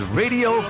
radio